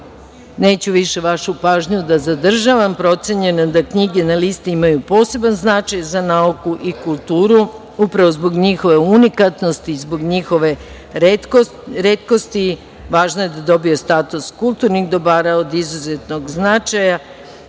Neću više vašu pažnju da zadržavam, procenjeno je da knjige na listi imaju poseban značaj za nauku i kulturu, upravno zbog njihove unikatnosti, zbog njihove retkosti. Važno je da dobiju status kulturnih dobara od izuzetnog značaja.